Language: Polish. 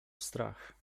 strach